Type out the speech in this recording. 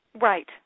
Right